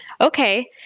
Okay